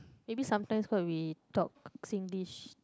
maybe sometimes when we talk Singlish